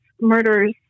murders